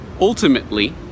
ultimately